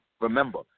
Remember